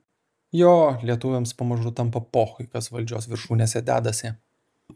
jo lietuviams pamažu tampa pochui kas valdžios viršūnėse dedasi